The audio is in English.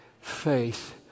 faith